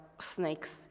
snakes